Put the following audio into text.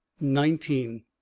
nineteen